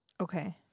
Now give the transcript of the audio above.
Okay